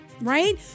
right